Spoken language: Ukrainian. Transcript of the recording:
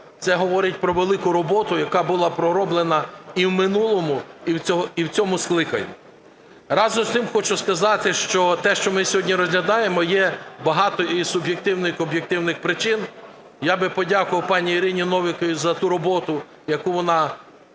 це говорить про велику роботу, яка була пророблена і в минулому, і в цьому скликанні. Разом з тим, хочу сказати, що те, що ми сьогодні розглядаємо, є багато і суб'єктивних, і об'єктивних причин. Я подякував би пані Ірині Новіковій за ту роботу, яку вона внесла,